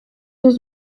was